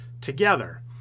together